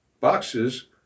boxes